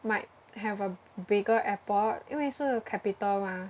might have a bigger airport 因为是 capital 吗